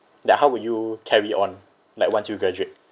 like how would you carry on like once you graduate